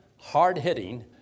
hard-hitting